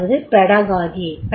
அதாவது பெடகாகி